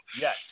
Yes